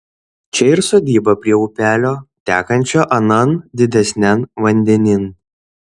čia ir sodyba prie upelio tekančio anan didesnian vandenin